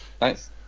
Nice